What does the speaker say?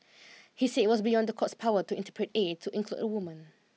he said it was beyond the court's power to interpret A to include a woman